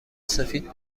سفید